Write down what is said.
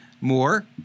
more